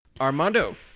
Armando